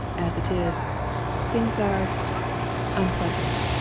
as it is things are unpleasant.